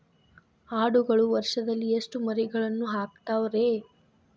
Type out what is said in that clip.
ಆಡುಗಳು ವರುಷದಲ್ಲಿ ಎಷ್ಟು ಮರಿಗಳನ್ನು ಹಾಕ್ತಾವ ರೇ?